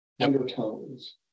undertones